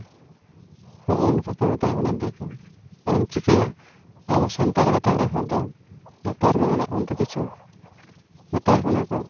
ᱦᱚᱸᱜᱼᱚᱭ ᱱᱚᱝᱠᱟ ᱠᱚ ᱢᱮᱛᱟᱵᱚᱱᱟ ᱫᱤᱠᱩ ᱟᱨᱮᱢ ᱪᱤᱠᱟᱹᱭᱟ ᱟᱵᱚ ᱥᱟᱱᱛᱟᱲ ᱜᱟᱛᱟᱠ ᱨᱮᱱ ᱦᱚᱲ ᱫᱚ ᱞᱟᱛᱟᱨ ᱨᱮᱜᱮ ᱢᱮᱱᱟᱜ ᱵᱚᱱ ᱛᱮ ᱠᱤᱪᱷᱩ ᱱᱮᱛᱟᱨ ᱦᱚᱸ ᱚᱱᱟ ᱠᱚ